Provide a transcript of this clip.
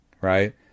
Right